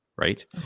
Right